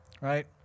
right